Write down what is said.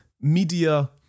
media